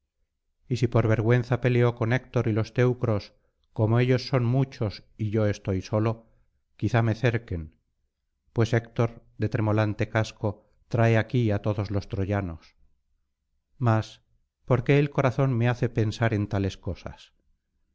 y si por vergüenza peleo con héctor y los teucros como ellos son muchos y yo estoy solo quizás me cerquen pues héctor de tremolante casco trae aquí á todos los troyanos mas por qué el corazón me hace pensar en tales cosas